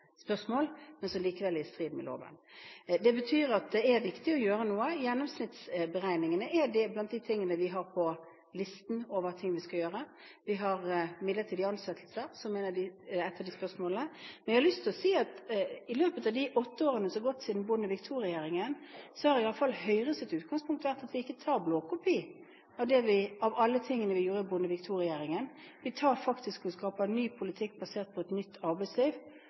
men som likevel er i strid med loven. Det betyr at det er viktig å gjøre noe. Gjennomsnittsberegningene er blant de tingene vi har på listen over ting vi skal gjøre noe med, og vi har midlertidige ansettelser, som er ett av de spørsmålene. Men jeg har lyst til å si at i løpet av de åtte årene som er gått siden Bondevik II-regjeringen, har iallfall Høyres utgangspunkt vært at vi ikke tar blåkopi av alle tingene vi gjorde i Bondevik II-regjeringen. Vi skaper faktisk ny politikk basert på et nytt arbeidsliv,